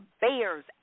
Bears